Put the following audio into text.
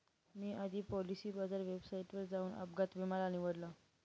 मी आधी Policybazaar वेबसाईटवर जाऊन अपघात विमा ला निवडलं